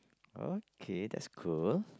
okay that's cool